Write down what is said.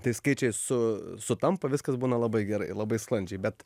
tai skaičiai su sutampa viskas būna labai gerai labai sklandžiai bet